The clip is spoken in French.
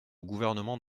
gouvernement